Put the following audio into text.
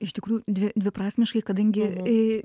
iš tikrųjų dvi dviprasmiškai kadangi į